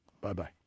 Bye-bye